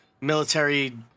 military